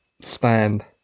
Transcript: stand